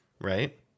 right